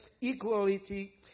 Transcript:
equality